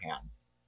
hands